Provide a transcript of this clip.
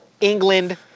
England